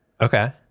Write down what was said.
Okay